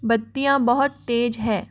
बत्तियाँ बहुत तेज़ है